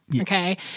okay